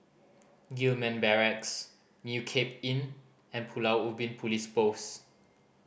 Gillman Barracks New Cape Inn and Pulau Ubin Police Post